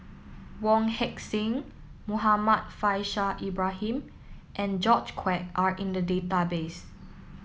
Wong Heck Sing Muhammad Faishal Ibrahim and George Quek are in the database